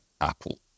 Apple